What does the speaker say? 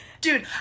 Dude